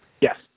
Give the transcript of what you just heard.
Yes